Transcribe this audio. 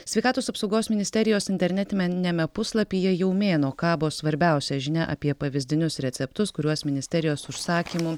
sveikatos apsaugos ministerijos internetimeniame puslapyje jau mėnuo kabo svarbiausia žinia apie pavyzdinius receptus kuriuos ministerijos užsakymu